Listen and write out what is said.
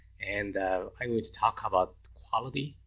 and i would talk about quality.